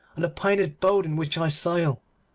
and the painted boat in which i sail.